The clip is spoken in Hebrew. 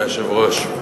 אדוני היושב-ראש,